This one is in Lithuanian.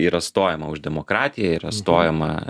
yra stojama už demokratiją yra stojama